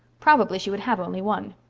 probably she would have only one.